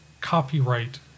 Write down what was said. copyright